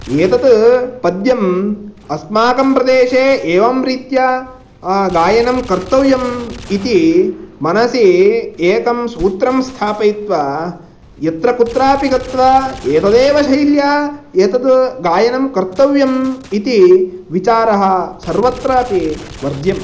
एतत् पद्यम् अस्माकं प्रदेशे एवं रीत्या गायनं कर्तव्यम् इति मनसि एकं सूत्रं स्थापयित्वा यत्र कुत्रापि गत्वा एतदेव शैल्या एतद् गायनं कर्तव्यम् इति विचारः सर्वत्रापि वर्ज्यम्